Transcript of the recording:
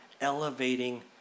elevating